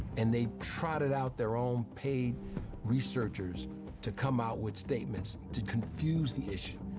and they trotted out their own paid researchers to come out with statements to confuse the issue.